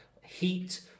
Heat